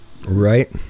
right